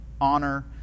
honor